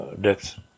death